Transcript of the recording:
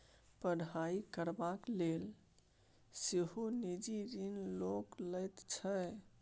पढ़ाई करबाक लेल सेहो निजी ऋण लोक लैत छै